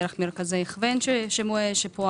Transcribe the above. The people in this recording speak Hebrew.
דרך מרכזי הכוון שפועלים,